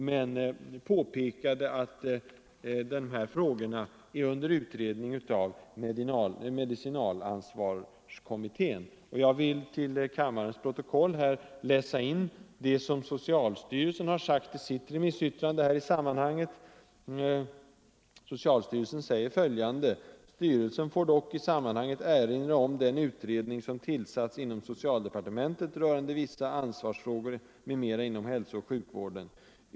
Det påpekades dock att dessa frågor är under utredning i medicinalansvarskommittén. Jag vill till kammarens protokoll läsa in vad socialstyrelsen har sagt i sitt remissyttrande. Socialstyrelsen säger följande: ”Styrelsen får dock i sammanhanget erinra om den utredning som tillsatts inom socialdepartementet rörande vissa ansvarsfrågor m.m. inom hälsooch sjukvården.